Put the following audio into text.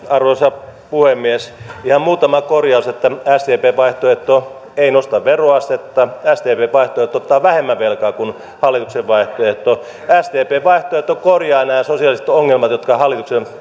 arvoisa puhemies ihan muutama korjaus sdpn vaihtoehto ei nosta veroastetta sdpn vaihtoehto ottaa vähemmän velkaa kuin hallituksen vaihtoehto sdpn vaihtoehto korjaa nämä sosiaaliset ongelmat joita hallituksen